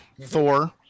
Thor